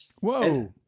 Whoa